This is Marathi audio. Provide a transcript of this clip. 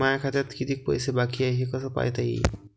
माया खात्यात कितीक पैसे बाकी हाय हे कस पायता येईन?